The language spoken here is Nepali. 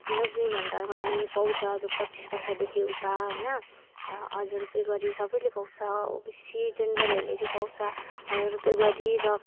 लक्ष्मी भन्डार भन्ने पाउँछ जो पच्चिस वर्षदेखि उता हैन हजार रुपियाँ गरी सबैले पाउँछ ओबिसी जेनरलहरूले चाहिँ पाउँछ हजार रुपियाँ गरी र